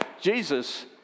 Jesus